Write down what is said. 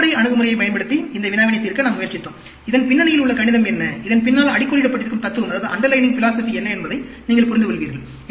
அடிப்படை அணுகுமுறையைப் பயன்படுத்தி இந்த வினாவினைத் தீர்க்க நாம் முயற்சித்தோம் இதன் பின்னணியில் உள்ள கணிதம் என்ன இதன் பின்னால் அடிக்கோடிடப் பட்டிருக்கும் தத்துவம் என்ன என்பதை நீங்கள் புரிந்துகொள்வீர்கள்